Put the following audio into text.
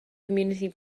community